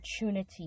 opportunity